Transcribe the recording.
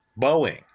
Boeing